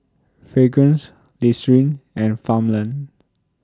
Fragrance Listerine and Farmland